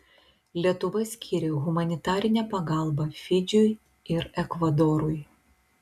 lietuva skyrė humanitarinę pagalbą fidžiui ir ekvadorui